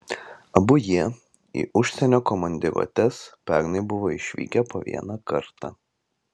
abu jie į užsienio komandiruotes pernai buvo išvykę po vieną kartą